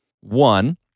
One